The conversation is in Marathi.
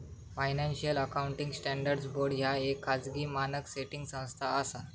फायनान्शियल अकाउंटिंग स्टँडर्ड्स बोर्ड ह्या येक खाजगी मानक सेटिंग संस्था असा